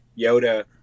Yoda